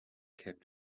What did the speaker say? kept